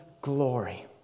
glory